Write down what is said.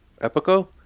Epico